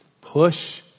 push